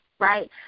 Right